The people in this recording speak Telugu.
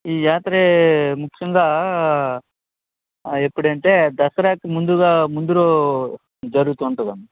ఈ యాత్రే ముఖ్యంగా ఎప్పుడు అంటే దసరాకి ముందుగా ముందు రోజు జరుగుతూ ఉంటుంది అమ్మా